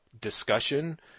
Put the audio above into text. discussion